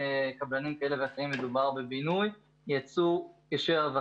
הן מבודדות או